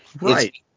Right